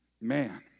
Man